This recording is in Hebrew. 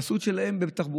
הם עשו את שלהם בתחבורה,